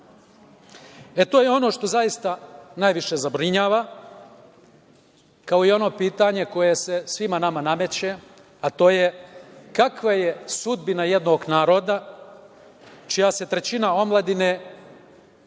to je ono što zaista najviše zabrinjava, kao i ono pitanje koje se svima nama nameće, a to je kakva je sudbina jednog naroda čija je trećina omladine